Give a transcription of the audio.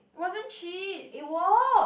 wasn't cheese